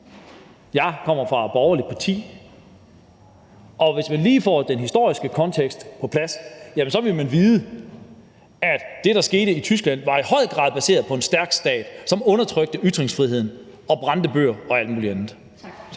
Jeg kommer fra et borgerligt parti. Og hvis man lige får den historiske kontekst på plads, jamen så vil man vide, at det, der skete i Tyskland, i høj grad var baseret på en stærk stat, som undertrykte ytringsfriheden og brændte bøger og alt muligt andet. Tak.